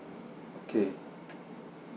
okay